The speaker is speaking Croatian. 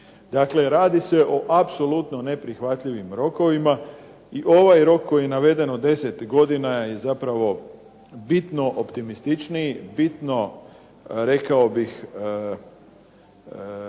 Dakle, radi se o apsolutno neprihvatljivim rokovima i ovaj rok koji je naveden od 10 godina je zapravo bitno optimističniji, bitno rekao bih